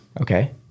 Okay